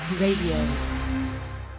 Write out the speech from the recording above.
Radio